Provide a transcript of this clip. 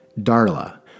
Darla